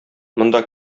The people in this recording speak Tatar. монда